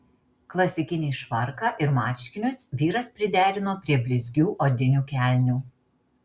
klasikinį švarką ir marškinius vyras priderino prie blizgių odinių kelnių